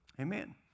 Amen